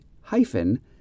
hyphen